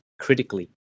critically